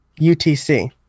UTC